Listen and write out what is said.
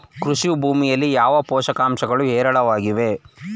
ಕೃಷಿ ಭೂಮಿಯಲ್ಲಿ ಯಾವ ಪೋಷಕಾಂಶಗಳು ಹೇರಳವಾಗಿವೆ?